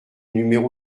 numéro